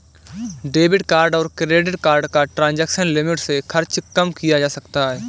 debit card और credit card का transaction limit से खर्च कम किया जा सकता है